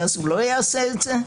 שאז הוא לא יעשה זאת,